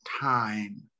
time